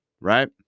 right